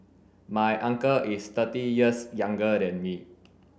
my uncle is thirty years younger than me